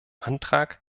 antrag